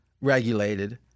regulated—